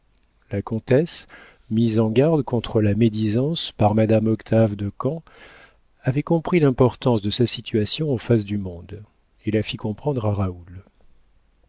la comtesse mise en garde contre la médisance par madame octave de camps avait compris l'importance de sa situation en face du monde et la fit comprendre à raoul